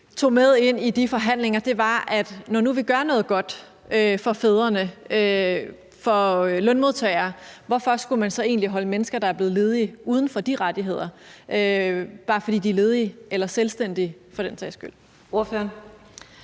tog med ind i de forhandlinger, var spørgsmålet om, at når nu vi gør noget godt for fædrene, som er lønmodtagere, hvorfor man så egentlig skulle holde mennesker, der er blevet ledige, uden for de rettigheder, bare fordi de er ledige eller for den sags skyld